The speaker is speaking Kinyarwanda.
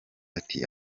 ati